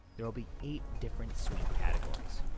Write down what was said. there will be eight different suite categories.